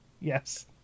Yes